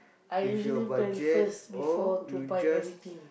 with your budget or you just